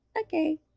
okay